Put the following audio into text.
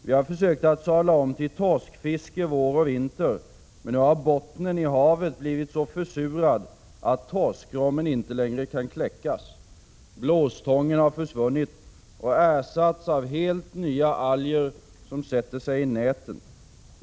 Vi har försökt att sadla om till torskfiske vår och vinter, men nu har bottnen i havet blivit så försurad att torskrommen inte kan kläckas. Blåstången har försvunnit och ersatts av helt nya alger som sätter sig i näten.